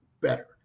better